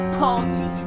party